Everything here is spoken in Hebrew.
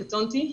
קטונתי,